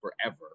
forever